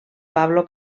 pablo